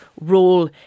role